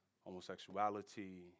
homosexuality